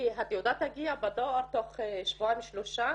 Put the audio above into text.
והתעודה תגיע בדואר תוך שבועיים-שלושה